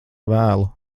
vēlu